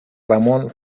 ramón